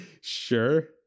Sure